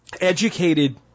educated